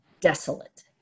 desolate